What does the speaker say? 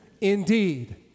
indeed